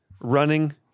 running